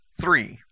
Three